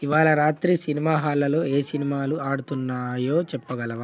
ఇవాళ రాత్రి సినిమా హాళ్ళల్లో ఏ సినిమాలు ఆడుతున్నాయో చెప్పగలవా